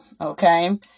okay